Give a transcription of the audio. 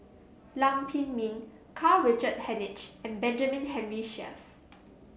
Lam Pin Min Karl Richard Hanitsch and Benjamin Henry Sheares